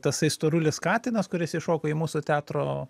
tasai storulis katinas kuris įšoko į mūsų teatro